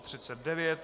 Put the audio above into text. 39.